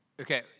okay